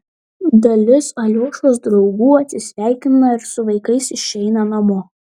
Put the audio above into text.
dalis aliošos draugų atsisveikina ir su vaikais išeina namo